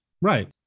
Right